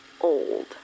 old